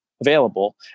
available